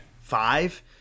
five